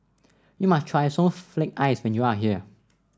you must try Snowflake Ice when you are here